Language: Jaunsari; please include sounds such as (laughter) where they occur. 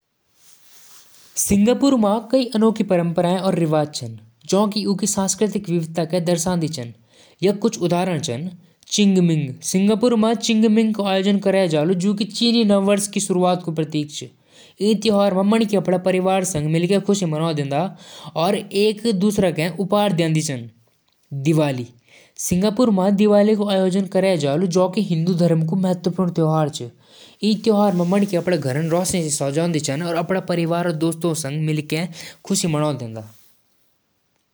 फ्रांस क संस्कृति कला, फैशन और खानपान म अग्रणी होलु। पेरिस क एफिल टावर यहां क पहचान होलु। फ्रेंच भाषा और (noise) साहित्य दुनियाभर म पढ़ी जालु। यहां क पेस्ट्री, वाइन और चीज क स्वाद अनोखो होलु। बैले और पेंटिंग यहां क प्रमुख कला रूप छन। बैस्टिल डे यहां क राष्ट्रीय त्योहार होलु। (hesitation)